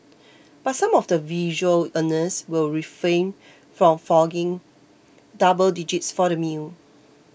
but some of the visual earners will refrain from forking double digits for the meal